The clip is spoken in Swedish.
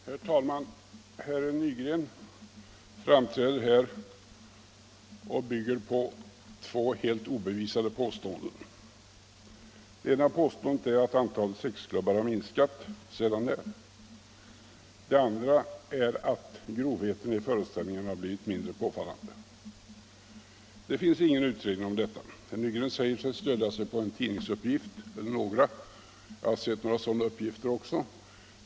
Herr talman! Herr Nygren framträder här och bygger på två helt obevisade påståenden. Det ena påståendet är att antalet sexklubbar har minskat. Sedan när? Det andra är att grovheten i föreställningarna har blivit mindre påfallande. Det finns ingen utredning om detta. Herr Nygren säger sig stödja sig på tidningsuppgifter. Jag har sett några sådana uppgifter också.